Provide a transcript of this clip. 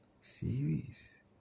Series